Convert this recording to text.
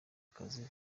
akazi